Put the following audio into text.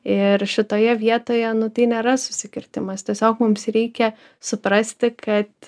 ir šitoje vietoje nu tai nėra susikirtimas tiesiog mums reikia suprasti kad